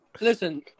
Listen